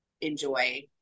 enjoy